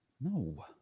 No